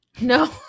No